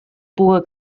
puga